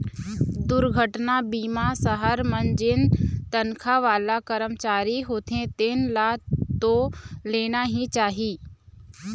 दुरघटना बीमा सहर मन जेन तनखा वाला करमचारी होथे तेन ल तो लेना ही चाही